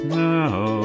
now